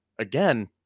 Again